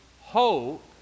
hope